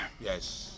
Yes